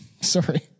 Sorry